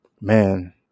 man